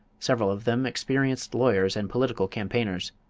several of them experienced lawyers and political campaigners.